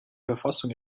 verfassung